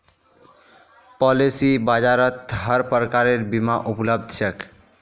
policy बाजारत हर प्रकारेर बीमा उपलब्ध छेक